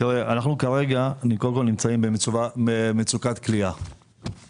כרגע אנחנו נמצאים במצוקת כליאה.